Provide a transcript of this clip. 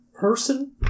person